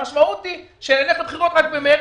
המשמעות היא שנלך לבחירות רק במרס,